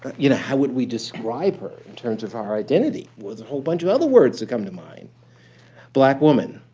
you know how would we describe her in terms of her her identity? well, with a whole bunch of other words that come to mind black woman,